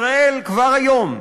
ישראל כבר היום,